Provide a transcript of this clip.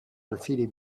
graffiti